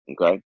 okay